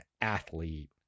athlete